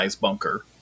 bunker